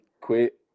quit